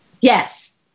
Yes